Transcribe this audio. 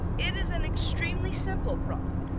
it is an extremely simple product,